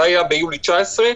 זה היה ביולי 2019,